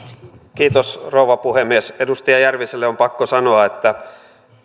kiitos rouva puhemies edustaja järviselle on pakko sanoa että